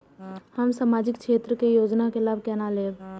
हम सामाजिक क्षेत्र के योजना के लाभ केना लेब?